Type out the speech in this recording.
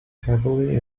heavily